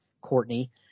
Courtney